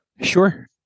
Sure